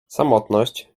samotność